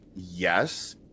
Yes